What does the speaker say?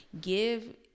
give